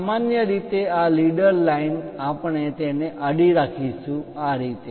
સામાન્ય રીતે આ લીડર લાઇન આપણે તેને આડી રાખીશું આ રીતે